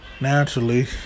naturally